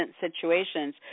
situations